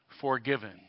forgiven